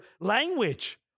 language